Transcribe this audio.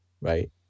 Right